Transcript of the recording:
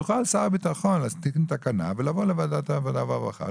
יוכל שר הביטחון להתקין תקנה ולבוא לוועדת העבודה והרווחה,